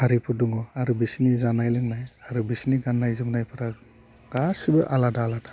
हारिफोर दङ आरो बिसोरनि जानाय लोंनाय आरो बिसोरनि गान्नाय जोमनायफ्रा गासिबो आलादा आलादा